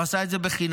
הוא עשה את זה חינם.